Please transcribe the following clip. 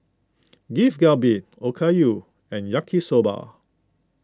Beef Galbi Okayu and Yaki Soba